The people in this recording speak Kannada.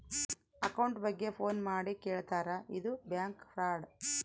ಅಕೌಂಟ್ ಬಗ್ಗೆ ಫೋನ್ ಮಾಡಿ ಕೇಳ್ತಾರಾ ಇದು ಬ್ಯಾಂಕ್ ಫ್ರಾಡ್